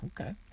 Okay